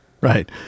Right